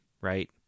right